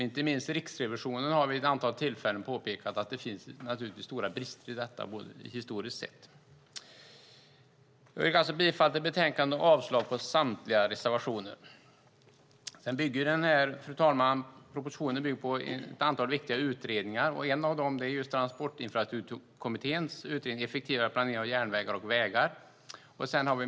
Inte minst Riksrevisionen har vid ett antal tillfällen påpekat att det finns stora brister i detta historiskt sett. Jag yrkar bifall till utskottets förslag i betänkandet och avslag på samtliga reservationer. Fru talman! Propositionen bygger på ett antal viktiga utredningar. En av dem är Transportinfrastrukturkommitténs utredning om effektivare planering av järnvägar och vägar.